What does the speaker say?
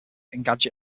engadget